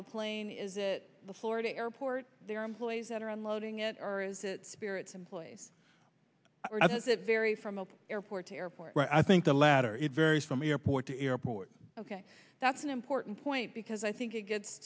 the plane is it the florida airport their employees that are unloading it or is it spirits employees that vary from up airport to airport i think the latter it varies from airport to airport ok that's an important point because i think it gets